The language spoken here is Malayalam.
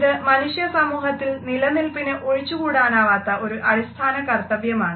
ഇത് മനുഷ്യ സമൂഹത്തിൽ നിലനിൽപ്പിന് ഒഴിച്ചുകൂടാനാവാത്ത ഒരു അടിസ്ഥാന കർത്തവ്യമാണ്